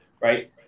right